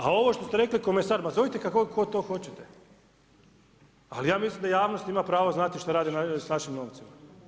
A ovo što ste rekli komesar, ma zovite kako god to hoćete ali ja mislim da javnost ima pravo znati što radi s našim novcima.